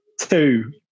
Two